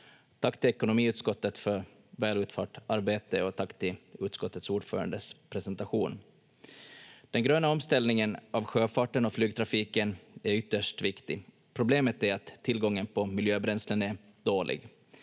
Tack till ekonomiutskottet för väl utfört arbete och tack för utskottets ordförandes presentation. Den gröna omställningen av sjöfarten och flygtrafiken är ytterst viktig. Problemet är att tillgången på miljöbränslen är dålig.